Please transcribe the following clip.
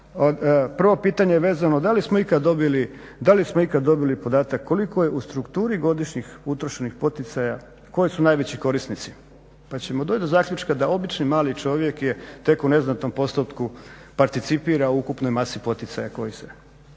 prvo pitanje vezano da li smo ikad dobili podatak koliko je u strukturi godišnjih utrošenih poticaja, koji su najveći korisnici, pa ćemo doći do zaključka da obični mali čovjek je tek u neznatnom postotku participira ukupnoj masi koji se